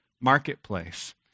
marketplace